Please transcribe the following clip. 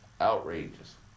outrageous